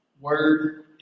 word